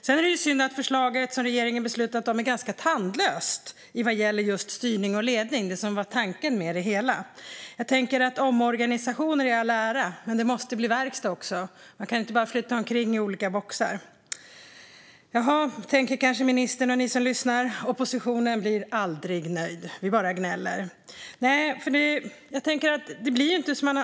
Sedan är det synd att förslaget som regeringen har beslutat om är ganska tandlöst vad gäller just styrning och ledning - det som var tanken med det hela. Jag tänker omorganisationer i all ära, men det måste också bli verkstad. Man kan inte bara flytta omkring till olika boxar. Jaha, tänker ministern och ni som lyssnar: Oppositionen blir aldrig nöjd. Vi bara gnäller.